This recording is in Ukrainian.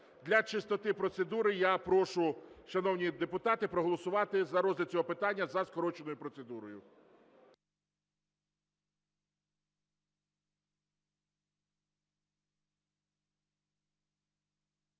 Для чистоти процедури я прошу, шановні депутати, проголосувати за розгляд цього питання за скороченою процедурою.